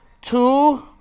Two